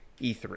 E3